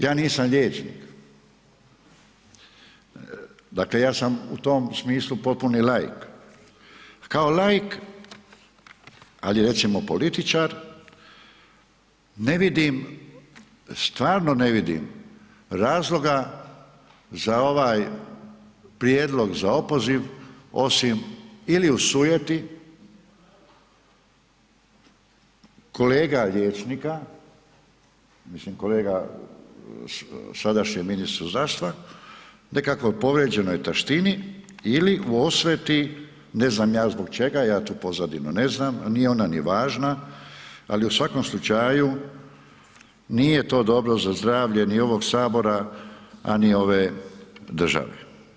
Ja nisam liječnik, dakle ja sam u tom smislu potpuni laik, kao laik, ali recimo političar ne vidim, stvarno ne vidim razloga za ovaj prijedlog za opoziv osim ili u sujeti kolega liječnika, mislim kolega sadašnjem ministru zdravstva nekakvoj povrijeđenoj taštini ili u osveti, ne znam ja zbog čega, ja tu pozadinu ne znam, a nije ona ni važna, ali u svakom slučaju nije to dobro za zdravlje ni ovog Sabora, a ni ove države.